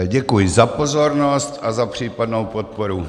Děkuji za pozornost a za případnou podporu.